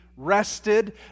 rested